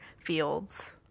fields